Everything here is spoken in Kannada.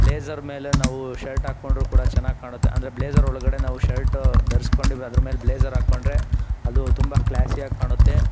ಬ್ಲೇಝರ್ ಮೇಲೆ ನಾವು ಶರ್ಟ್ ಹಾಕ್ಕೊಂಡ್ರು ಕೂಡ ಚೆನ್ನಾಗಿ ಕಾಣುತ್ತೆ ಅಂದರೆ ಬ್ಲೇಝರ್ ಒಳಗಡೆ ನಾವು ಶರ್ಟ್ ಧರ್ಸ್ಕೊಂಡು ಅದ್ರ ಮೇಲೆ ಬ್ಲೇಝರ್ ಹಾಕೊಂಡ್ರೆ ಅದು ತುಂಬ ಕ್ಲಾಸಿಯಾಗಿ ಕಾಣುತ್ತೆ